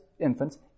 infants